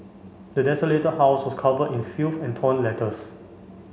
the desolated house was covered in filth and torn letters